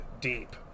deep